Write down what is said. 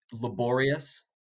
laborious